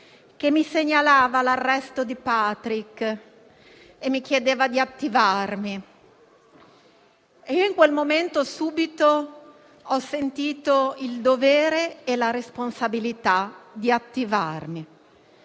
che mi segnalava l'arresto di Patrick e mi chiedeva di attivarmi. In quel momento, ho sentito subito il dovere e la responsabilità di attivarmi